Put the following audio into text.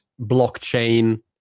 blockchain